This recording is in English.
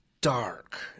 dark